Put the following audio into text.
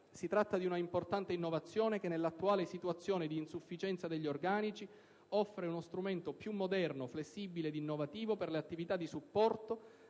Si tratta di un'importante innovazione che, nell'attuale situazione di insufficienza degli organici, offre uno strumento più moderno, flessibile ed innovativo per le attività di supporto